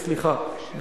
סליחה,